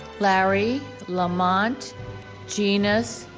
larry lamont gennes,